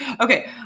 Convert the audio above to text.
Okay